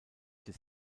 des